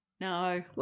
No